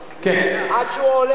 עד שהוא עולה,